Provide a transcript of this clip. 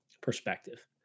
perspective